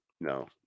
No